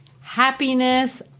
happiness